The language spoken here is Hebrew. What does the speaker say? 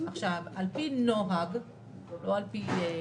על פי נוהג לא על פי תקנה,